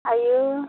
आयौ